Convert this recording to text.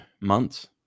months